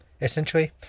essentially